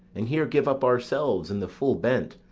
and here give up ourselves, in the full bent,